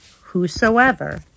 whosoever